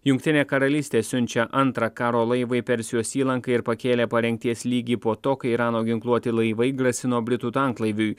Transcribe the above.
jungtinė karalystė siunčia antrą karo laivą į persijos įlanką ir pakėlė parengties lygį po to kai irano ginkluoti laivai grasino britų tanklaiviui